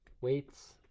weights